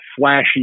flashy